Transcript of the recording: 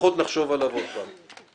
לפחות נחשוב עליו עוד פעם.